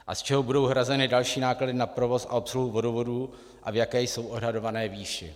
A z čeho budou hrazeny další náklady na provoz a obsluhu vodovodů a v jaké jsou odhadované výši?